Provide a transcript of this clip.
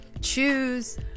Choose